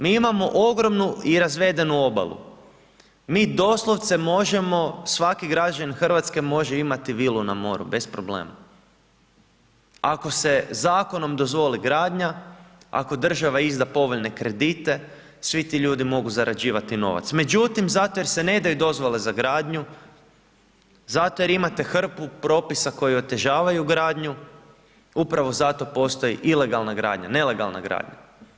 Mi imamo ogromnu i razvedenu obalu, mi doslovce možemo, svaki građanin Hrvatske može imati vilu na moru bez problema ako se zakonom dozvoli gradnja, ako država izda povoljne kredite, svi ti ljudi mogu zarađivati novac međutim zato jer se ne daju dozvole za gradnju, zato jer imate hrpu propisa koji otežavaju gradnju, upravo zato postoji ilegalna gradnja, nelegalna gradnja.